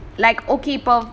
like okay pro~